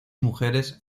mujeres